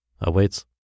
awaits